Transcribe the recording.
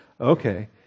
Okay